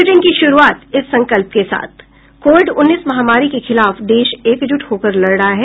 bulletin की शुरूआत इस संकल्प के साथ कोविड उन्नीस महामारी के खिलाफ देश एकजुट होकर लड़ रहा है